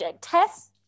test